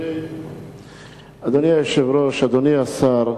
אדוני היושב-ראש, אדוני השר,